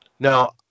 Now